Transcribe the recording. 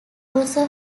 also